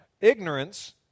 ignorance